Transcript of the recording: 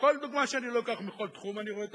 בכל דוגמה שאני לוקח מכל תחום אני רואה את